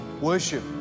worship